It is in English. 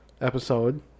episode